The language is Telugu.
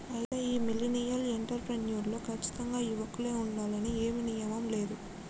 అయితే ఈ మిలినియల్ ఎంటర్ ప్రెన్యుర్ లో కచ్చితంగా యువకులే ఉండాలని ఏమీ నియమం లేదు